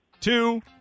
two